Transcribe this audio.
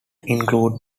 include